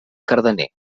cardener